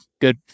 good